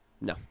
No